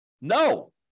No